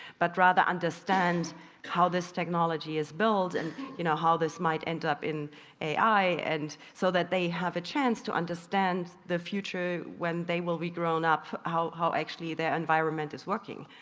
but rather understand how this technology is built and you know how this might end up in ai ai and so that they have a chance to understand the future when they will be grown up. how how actually their environment is working.